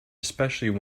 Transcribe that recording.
especially